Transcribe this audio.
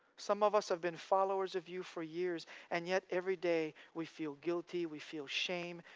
some of us have been followers of you for years and yet every day, we feel guilty, we feel shame,